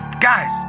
Guys